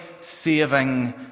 saving